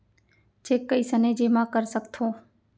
Cheque कईसने जेमा कर सकथो?